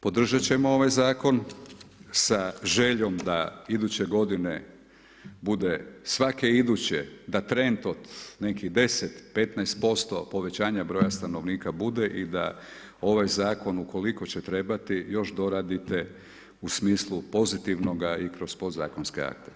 Podržati ćemo ovaj Zakon sa željom da iduće godine bude svake iduće da trend od nekih 10, 15% povećanja broja stanovnika bude i da ovaj Zakon, ukoliko će trebati, još doradite u smislu pozitivnoga i kroz Pod zakonske akte.